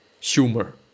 humor